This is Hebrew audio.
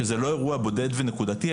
שזה לא אירוע בודד ונקודתי,